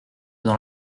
dans